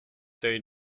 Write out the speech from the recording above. they